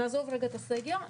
נעזוב רגע את הסגר,